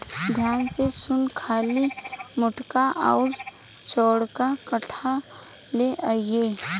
ध्यान से सुन खाली मोटका अउर चौड़का काठ ले अइहे